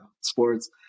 sports